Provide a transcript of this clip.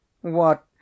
What